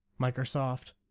Microsoft